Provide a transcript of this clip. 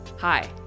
Hi